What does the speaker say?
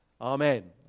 Amen